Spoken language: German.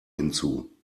hinzu